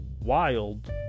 wild